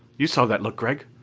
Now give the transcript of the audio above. you saw that look, gregg?